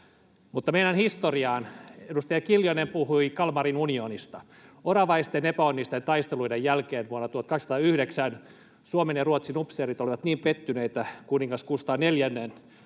Mutta mennään historiaan. Edustaja Kiljunen puhui Kalmarin unionista. Oravaisten epäonnisten taisteluiden jälkeen vuonna 1809 Suomen ja Ruotsin upseerit olivat niin pettyneitä kuningas